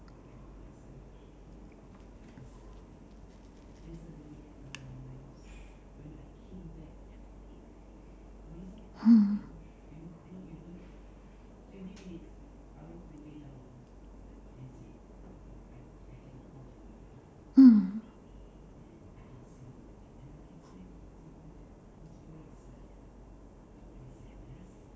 mm mm